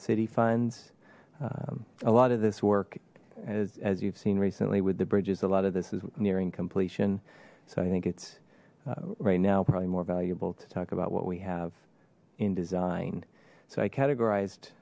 city funds a lot of this work as you've seen recently with the bridges a lot of this is nearing completion so i think it's right now probably more able to talk about what we have in design so i categorized